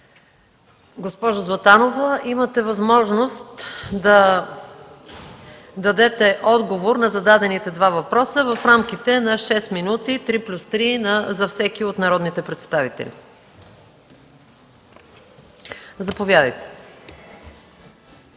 Госпожо Златанова, имате възможност да отговорите на зададените два въпроса в рамките на шест минути – три плюс три за всеки, от народните представители. Заповядайте.